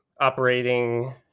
operating